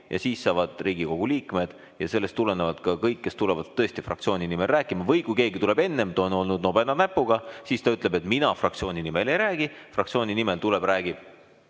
ja siis saavad sõna Riigikogu liikmed. Sellest tulenevalt on enne kõik, kes tulevad fraktsiooni nimel rääkima. Või kui keegi tuleb enne, sest ta on olnud nobedama näpuga, siis ta ütleb, et mina fraktsiooni nimel ei räägi, fraktsiooni nimel tuleb ja räägib